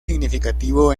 significativo